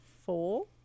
four